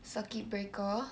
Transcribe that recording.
circuit breaker